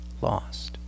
lost